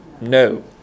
No